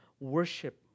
worship